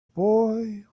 boy